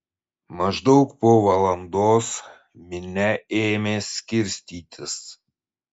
maždaug po valandos minia ėmė skirstytis